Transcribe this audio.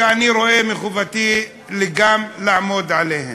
שאני רואה מחובתי גם לעמוד עליהן.